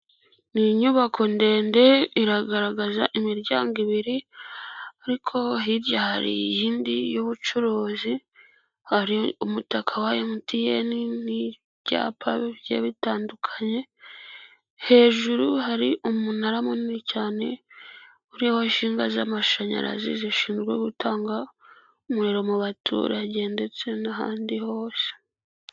Iyi nyubako ndende iragaragaza imiryango ibiri ariko hirya hari iyindi y'ubucuruzi hari umutaka wa Emutiyeni n'ibyapa byari bitandukanye hejuru hari umunara munini cyane uriho insinga z'amashanyarazi zishinzwe gutanga umuriro mu baturage ndetse n'ahandi hose.